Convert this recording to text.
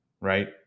right